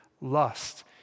lust